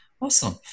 Awesome